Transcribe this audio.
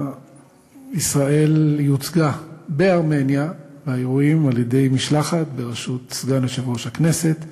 ישראל יוצגה באירועים בארמניה על-ידי משלחת בראשות סגן יושב-ראש הכנסת,